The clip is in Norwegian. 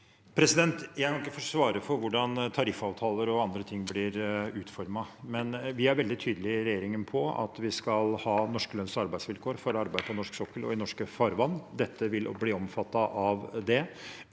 Jeg kan ikke sva- re for hvordan tariffavtaler og andre ting blir utformet, men vi er veldig tydelige i regjeringen på at vi skal ha norske lønns- og arbeidsvilkår for arbeid på norsk sokkel og i norske farvann. Dette ville bli omfattet av det.